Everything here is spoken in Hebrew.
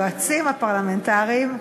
היועצים הפרלמנטריים,